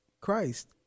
Christ